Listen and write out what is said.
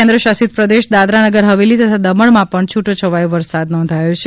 કેન્મશાસિત પ્રદેશ દાદરાનગર હવેલી તથા દમણમાં પણ છુટોછવાયો વરસાદ પડ્યો છે